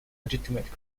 legitimate